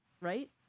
right